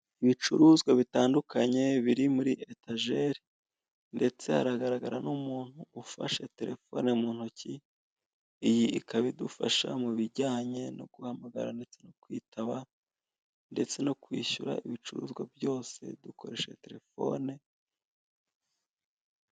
Ibicuruzwa bitandukanye biri muri etajeri ndetse haragaragara n'umuntu ufashe terefone mu ntoki, iyi ikaba idufasha mu bijyanye no guhamagara ndetse no kwitaba ndetse no kwishyura ibicuruzwa byose dukoresha terefone.